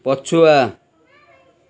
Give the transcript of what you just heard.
ପଛୁଆ